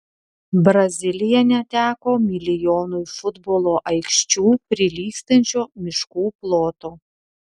brazilija neteko milijonui futbolo aikščių prilygstančio miškų ploto